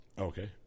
Okay